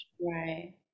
Right